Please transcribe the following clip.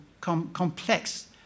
complex